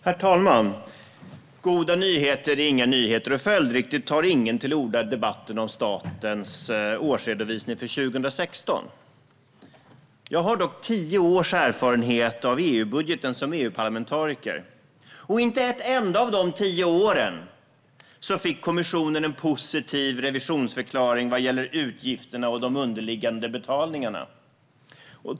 Herr talman! Goda nyheter är inga nyheter, och följdriktigt tar ingen till orda i debatten om statens årsredovisning för 2016. Jag har dock tio års erfarenhet av EU-budgeten som EU-parlamentariker, och inte ett enda av de tio åren fick kommissionen en positiv revisionsförklaring vad gäller utgifterna och de underliggande betalningarna.